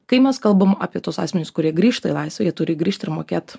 kai mes kalbam apie tuos asmenis kurie grįžta į laisvę jie turi grįžti ir mokėt